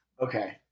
Okay